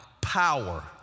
power